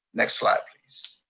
next slide please.